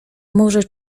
może